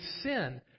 sin